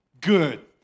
good